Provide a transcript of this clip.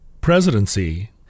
presidency